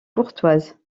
courtoise